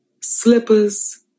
slippers